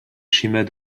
schémas